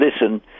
listen